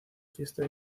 fiesta